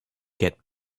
get